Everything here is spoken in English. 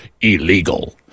illegal